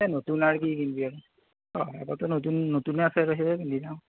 এই নতুন আৰু কি কিনিবি আৰু আগৰে নতুন নতুন আছে আৰু সেইয়াই পিন্ধি যাম